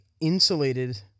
insulated